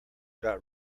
got